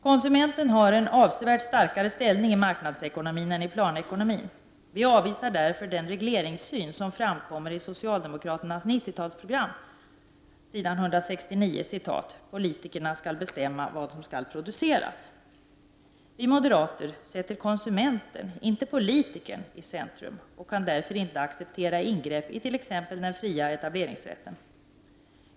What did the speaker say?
Konsumenten har en avsevärt starkare ställning i marknadsekonomin än i planekonomin. Vi avvisar därför den regleringssyn som framkommer i socialdemokraternas 90-talsprogram, i vilket man på s. 169 kan läsa: ”Politikerna skall bestämma vad som skall produceras.” Vi moderater sätter konsumenten, inte politikern, i centrum och kan därför inte acceptera ingrepp i t.ex. den fria etableringsrätten.